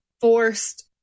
forced